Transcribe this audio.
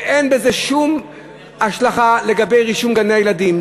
אין בזה שום השלכה על רישום לגני-הילדים.